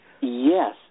Yes